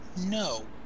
No